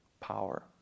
power